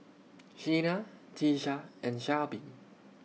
Sheena Tisha and Shelbie